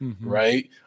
right